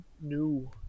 new